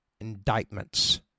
indictments